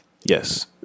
Yes